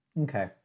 Okay